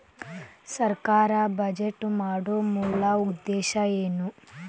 ಸರ್ಕಾರ್ ಬಜೆಟ್ ಮಾಡೊ ಮೂಲ ಉದ್ದೇಶ್ ಏನು?